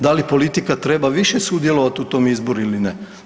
Da li politika treba više sudjelovati u tom izboru ili ne.